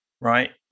right